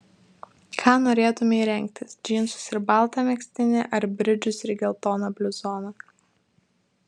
ką norėtumei rengtis džinsus ir baltą megztinį ar bridžus ir geltoną bluzoną